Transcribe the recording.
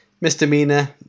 misdemeanor